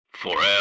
Forever